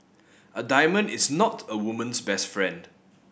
a diamond is not a woman's best friend